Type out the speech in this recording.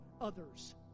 others